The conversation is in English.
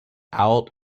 out